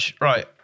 right